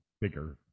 Bigger